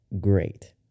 great